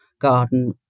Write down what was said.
garden